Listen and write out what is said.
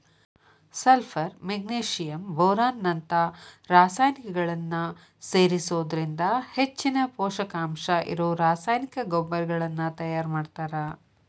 sulphur magnesium boron ನಂತ ರಸಾಯನಿಕಗಳನ್ನ ಬೇರಿಸೋದ್ರಿಂದ ಹೆಚ್ಚಿನ ಪೂಷಕಾಂಶ ಇರೋ ರಾಸಾಯನಿಕ ಗೊಬ್ಬರಗಳನ್ನ ತಯಾರ್ ಮಾಡ್ತಾರ